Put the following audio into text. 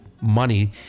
money